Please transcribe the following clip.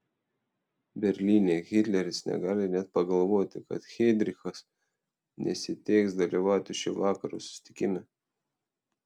berlyne hitleris negali net pagalvoti kad heidrichas nesiteiks dalyvauti šio vakaro susitikime